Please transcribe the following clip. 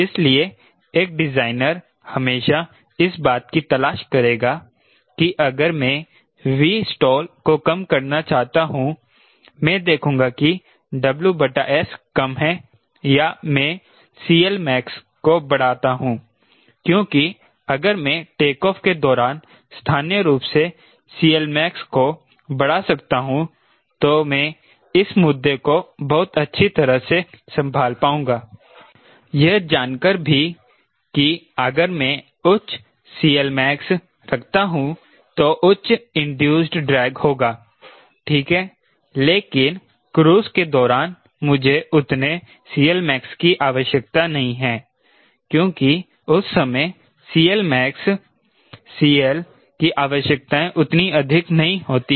इसलिए एक डिजाइनर हमेशा इस बात की तलाश करेगा कि अगर मैं 𝑉stall को कम करना चाहता हूं मैं देखूंगा कि WS कम है या में CLmax को बढ़ाता हूं क्योंकि अगर मैं टेकऑफ़ के दौरान स्थानीय रूप से CLmax को बढ़ा सकता हूं तो मैं इस मुद्दे को बहुत अच्छी तरह से संभाल पाऊंगा यह जानकर भी कि अगर मैं उच्च CLmax रखता हूं तो उच्च इंड्यूस्ड ड्रैग होगा ठीक है लेकिन क्रूज के दौरान मुझे उतने CLmax की आवश्यकता नहीं है क्योंकि उस समयCLmax CL की आवश्यकताएं उतनी अधिक नहीं होती हैं